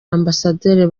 ambasaderi